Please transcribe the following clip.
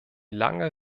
lange